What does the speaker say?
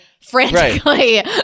frantically